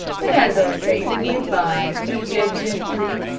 but as our saviour went by, he said, gently,